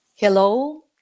Hello